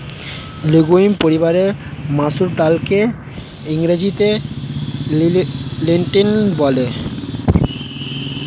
legume পরিবারের মুসুর ডালকে ইংরেজিতে লেন্টিল বলে